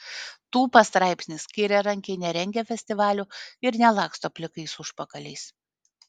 tūpas straipsnis kairiarankiai nerengia festivalių ir nelaksto plikais užpakaliais